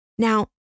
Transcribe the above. Now